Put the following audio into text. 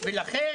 לכן